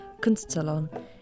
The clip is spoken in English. Kunstsalon